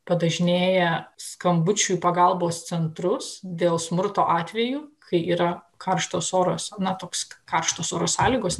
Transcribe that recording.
padažnėja skambučių į pagalbos centrus dėl smurto atvejų kai yra karštas oras na toks karšto oro sąlygos